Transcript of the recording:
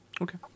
Okay